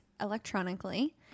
electronically